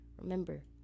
remember